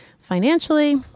financially